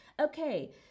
Okay